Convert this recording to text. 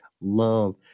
love